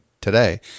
today